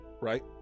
right